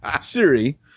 Siri